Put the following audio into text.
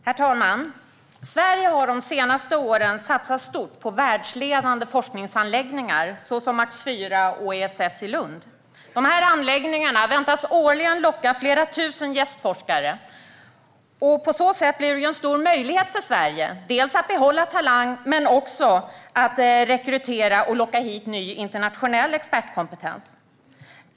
Herr talman! Sverige har under de senaste åren satsat stort på världsledande forskningsanläggningar, såsom MAX IV och ESS i Lund. Dessa anläggningar väntas locka flera tusen gästforskare årligen, och det blir en stor möjlighet för Sverige att såväl behålla talang som rekrytera och locka hit ny internationell expertkompetens.